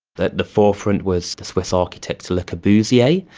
the the forefront was the swiss architect le corbusier,